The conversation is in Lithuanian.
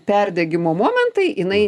perdegimo momentai jinai